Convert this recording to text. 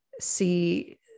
see